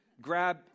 Grab